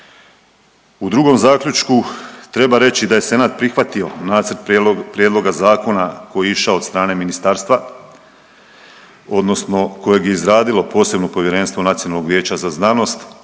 U drugom zaključku treba reći da je Senat prihvatio nacrt prijedloga zakona koji je išao od strane Ministarstva, odnosno kojeg je izradilo posebno povjerenstvo Nacionalnog vijeća za znanost,